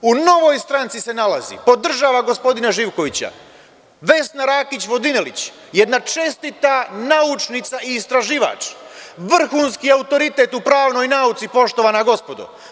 U NS se nalazi, podržava gospodina Živkovića, Vesna Rakić Vodinelić, čestita naučnica i istraživač, vrhunski autoritet u pravnoj nauci, poštovana gospodo.